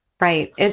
Right